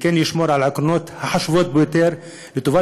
וכן לשמור על העקרונות החשובים ביותר לטובת